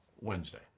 Wednesday